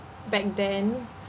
back then